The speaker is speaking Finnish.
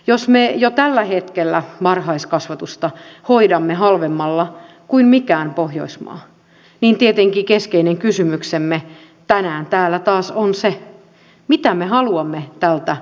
jos me jo tällä hetkellä varhaiskasvatusta hoidamme halvemmalla kuin mikään pohjoismaa niin tietenkin keskeinen kysymyksemme tänään täällä taas on se mitä me haluamme tältä varhaiskasvatukselta